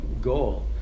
goal